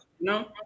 No